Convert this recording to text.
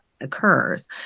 occurs